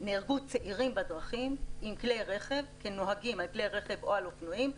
נהרגו צעירים, כנוהגים על כלי רכב או על אופנועים,